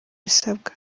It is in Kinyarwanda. ibisabwa